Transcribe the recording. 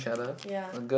yea